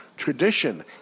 Tradition